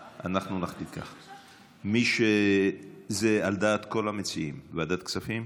נחליט כך: זה על דעת כל המציעים, ועדת הכספים?